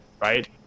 right